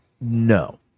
No